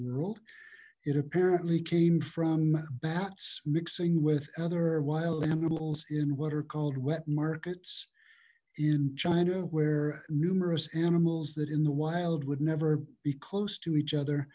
world it apparently came from bats mixing with other wild animals in what are called wet markets in china where numerous animals that in the wild would never be close to each other